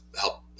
help